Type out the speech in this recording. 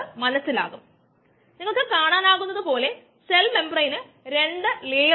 ഒരു എഞ്ചിൻ നിർമ്മിക്കാനുള്ള സമയം ശരാശരി ഒരു മണിക്കൂറാണെന്ന് നമുക്ക് പറയാം